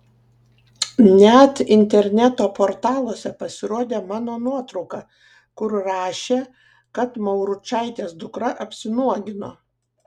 net interneto portaluose pasirodė mano nuotrauka kur rašė kad mauručaitės dukra apsinuogino